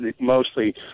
mostly